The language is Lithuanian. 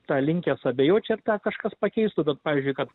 tą linkęs abejot čia kažkas pakeistų pavyzdžiui kad